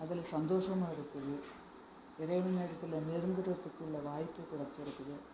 அதில் சந்தோஷமும் இருக்குது இறைவனிடத்தில் நெருங்கறதுக்குள்ள வாய்ப்பு கிடச்சிருக்குது